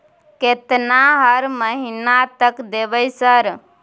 केतना हर महीना तक देबय सर?